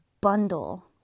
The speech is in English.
bundle